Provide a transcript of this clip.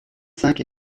cinq